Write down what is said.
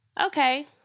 Okay